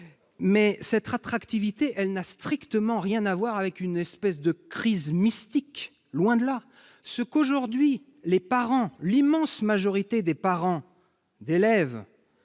mais cette attractivité n'a strictement rien à voir avec une espèce de crise mystique. Loin de là ! Ce que souhaite l'immense majorité des parents d'élèves